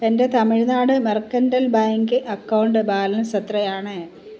എൻ്റെ Tamil Nadu mercantile bank account balance എത്രയാണ്